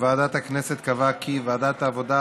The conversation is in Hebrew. ועדת הכנסת קבעה כדלקמן: ועדת העבודה,